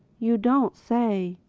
you don't say!